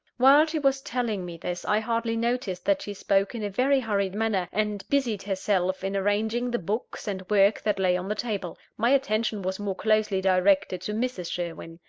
while she was telling me this, i hardly noticed that she spoke in a very hurried manner, and busied herself in arranging the books and work that lay on the table. my attention was more closely directed to mrs. sherwin.